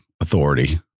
authority